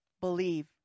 Believe